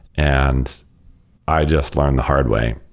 and i just learned the hard way.